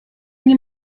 nie